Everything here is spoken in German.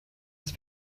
das